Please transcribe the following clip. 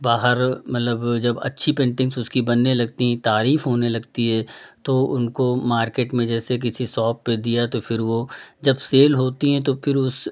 बाहर मतलब जब अच्छी पेन्टिंग्स उसकी बनने लगती हैं तारीफ़ होने लगती है तो उनको मार्केट में जैसे किसी शॉप पे दिया तो फिर वो जब सेल होती हैं तो फिर उस